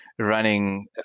Running